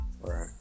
Right